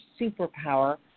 Superpower